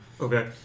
Okay